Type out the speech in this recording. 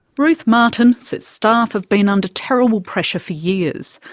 ruth martin says staff have been under terrible pressure for years.